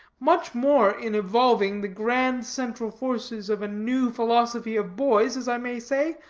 much more in evolving the grand central forces of a new philosophy of boys, as i may say,